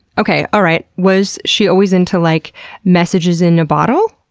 okay, alright. was she always into like messages in a bottle?